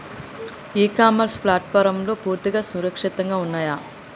ఇ commerce ప్లాట్ఫారమ్లు పూర్తిగా సురక్షితంగా ఉన్నయా?